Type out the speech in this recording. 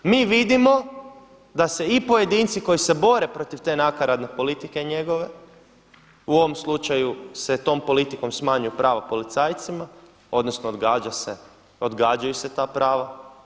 Mi vidimo da se i pojedinci koji se bore protiv te nakaradne politike njegove u ovom slučaju se tom politikom smanjuju prava policajcima, odnosno odgađaju se ta prava.